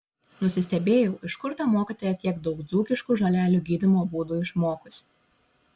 nusistebėjau iš kur ta mokytoja tiek daug dzūkiškų žolelių gydymo būdų išmokusi